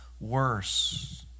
worse